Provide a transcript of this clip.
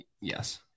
yes